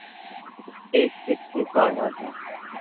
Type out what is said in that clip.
ᱴᱷᱤᱠ ᱴᱷᱤᱠ ᱴᱷᱤᱠ ᱦᱳᱭ ᱦᱳᱭ